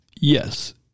Yes